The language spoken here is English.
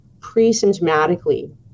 pre-symptomatically